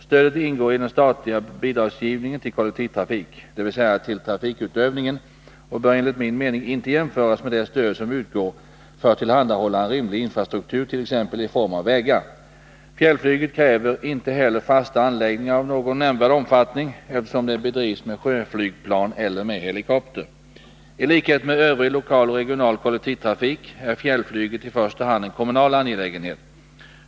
Stödet ingår i den statliga bidragsgivningen till kollektivtrafik, dvs. till trafikutövningen, och bör enligt min mening inte jämföras med det stöd som utgår för att tillhandahålla en rimlig infrastruktur, t.ex. i form av vägar. Fjällflyget kräver inte heller fasta anläggningar av någon nämnvärd omfattning, eftersom det bedrivs med sjöflygplan eller med helikopter. I likhet med övrig lokal och regional kollektivtrafik är fjällflyget i första hand en kommunal angelägenhet.